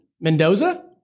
Mendoza